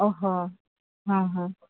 ଓହୋ ହଁ ହଁ